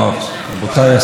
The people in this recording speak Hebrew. ביום העצוב הזה,